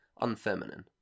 unfeminine